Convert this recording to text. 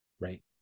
Right